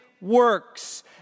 works